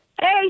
Hey